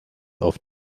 auf